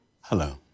Hello